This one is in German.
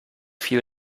viel